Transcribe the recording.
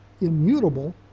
immutable